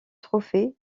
trophée